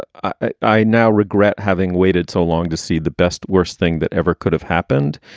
i now regret having waited so long to see the best. worst thing that ever could have happened.